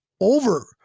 over